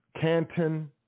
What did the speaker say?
Canton